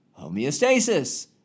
homeostasis